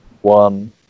one